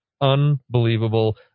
Unbelievable